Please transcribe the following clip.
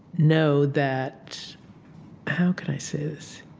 know that how can i say this?